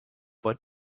but